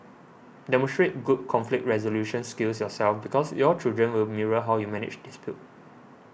demonstrate good conflict resolution skills yourself because your children will mirror how you manage dispute